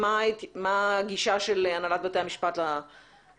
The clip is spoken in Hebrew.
מה הגישה של הנהלת בתי המשפט לזה,